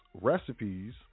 recipes